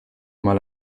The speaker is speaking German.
mal